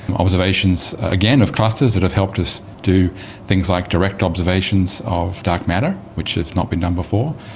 and observations again of clusters that have helped us do things like direct observations of dark matter, which has not been done before,